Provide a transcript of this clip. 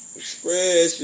express